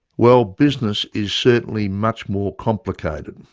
well, business is certainly much more complicated.